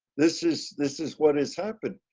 this is, this is what has happened,